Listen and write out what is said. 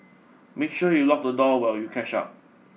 make sure you lock the door while you catch up